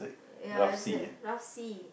ya is like rusty